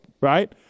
right